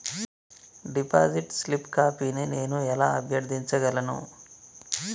Deposit slip కాపీని నేను ఎలా అభ్యర్థించగలను?